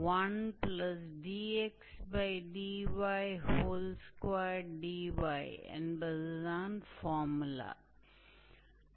तो समस्या आर्क की लम्बाई का पता लगाना है यह ऐसा ही है परवलय की आर्क की लंबाई हमारी है